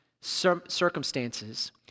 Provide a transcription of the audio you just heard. circumstances